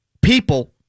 people